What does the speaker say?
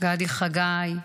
גדי חגי,